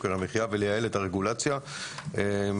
יוקר המחיה ולייעל את הרגולציה שידועה